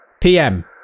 PM